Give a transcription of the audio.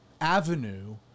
avenue